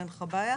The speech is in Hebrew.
אין לך בעיה.